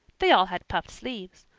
they all had puffed sleeves.